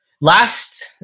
last